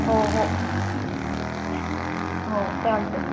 हो हो हो चालतं